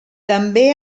també